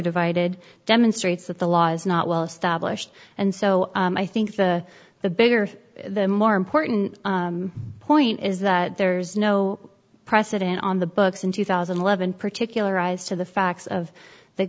divided demonstrates that the law is not well established and so i think the the bigger the more important point is that there's no precedent on the books in two thousand and eleven particularize to the facts of the